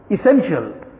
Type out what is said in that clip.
essential